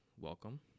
welcome